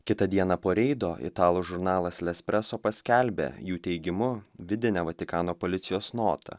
kitą dieną po reido italų žurnalas lespreso paskelbė jų teigimu vidinę vatikano policijos notą